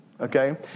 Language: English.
Okay